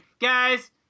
Guys